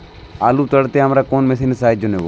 আলু তাড়তে আমরা কোন মেশিনের সাহায্য নেব?